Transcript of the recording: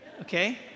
Okay